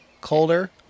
Colder